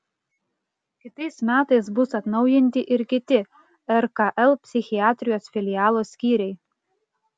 kitais metais bus atnaujinti ir kiti rkl psichiatrijos filialo skyriai